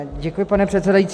Děkuji, pane předsedající.